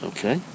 Okay